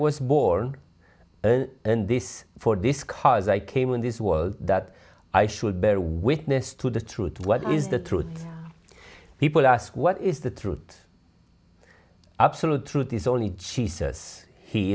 was born in this for this cause i came in this world that i should bear witness to the truth what is the truth people ask what is the truth absolute truth is only cheesus he